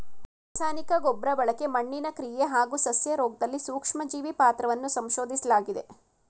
ರಾಸಾಯನಿಕ ಗೊಬ್ರಬಳಕೆ ಮಣ್ಣಿನ ಕ್ರಿಯೆ ಹಾಗೂ ಸಸ್ಯರೋಗ್ದಲ್ಲಿ ಸೂಕ್ಷ್ಮಜೀವಿ ಪಾತ್ರವನ್ನ ಸಂಶೋದಿಸ್ಲಾಗಿದೆ